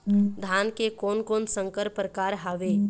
धान के कोन कोन संकर परकार हावे?